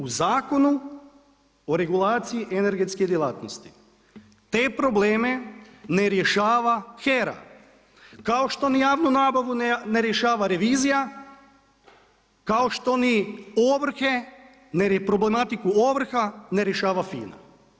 U Zakon o regulaciji energetske djelatnosti, te probleme ne rješava HERA kao što ni javnu nabavu ne rješava revizija, kao što ni ovrhe ni problematiku ovrha ne rješava FINA.